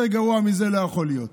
יותר גרוע מזה לא יכול להיות.